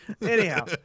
Anyhow